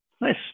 Nice